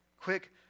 quick